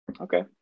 Okay